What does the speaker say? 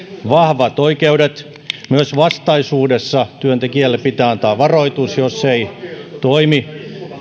vahvat oikeudet myös vastaisuudessa työntekijälle pitää antaa varoitus jos tämä ei toimi